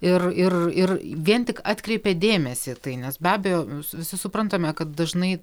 ir ir ir vien tik atkreipia dėmesį į tai nes be abejo visi suprantame kad dažnai